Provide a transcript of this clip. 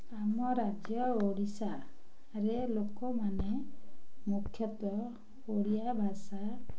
ଆମ ରାଜ୍ୟ ଓଡ଼ିଶାରେ ଲୋକମାନେ ମୁଖ୍ୟତଃ ଓଡ଼ିଆ ଭାଷା